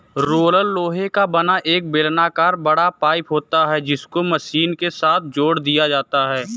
roller लोहे का बना एक बेलनाकर बड़ा पाइप होता है जिसको मशीन के साथ जोड़ दिया जाता है